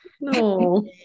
No